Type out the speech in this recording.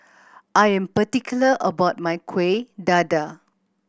I am particular about my Kueh Dadar